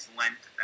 lent